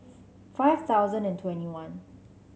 five thousand and twenty one